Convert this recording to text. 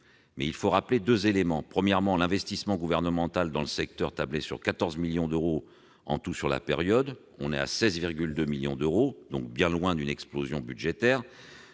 Mais il faut rappeler deux éléments : premièrement, alors que l'investissement gouvernemental dans le secteur escomptait 14 millions d'euros en tout, sur la période, on en est à 16,2 millions d'euros, donc bien loin d'une explosion budgétaire